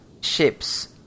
ships